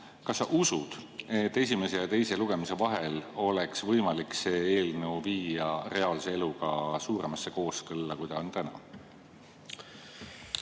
Kas sa usud, et esimese ja teise lugemise vahel oleks võimalik see eelnõu viia reaalse eluga suuremasse kooskõlla, kui ta on täna?